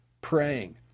praying